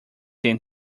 than